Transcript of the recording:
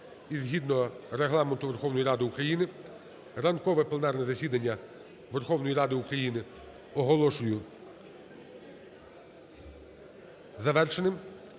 згідно Регламенту Верховної Ради України ранкове пленарне засідання Верховної Ради України оголошую завершеним.